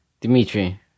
Dimitri